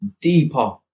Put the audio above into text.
deeper